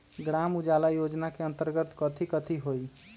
ग्राम उजाला योजना के अंतर्गत कथी कथी होई?